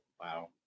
Wow